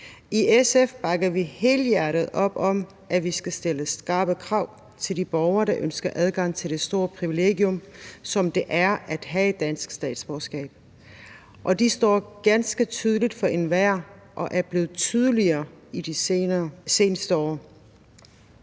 I SF bakker vi helhjertet op om, at vi skal stille skrappe krav til de borgere, der ønsker adgang til det store privilegium, som det er at have et dansk statsborgerskab, og det står ganske tydeligt for enhver og er blevet tydeligere i de seneste år.